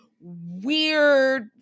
weird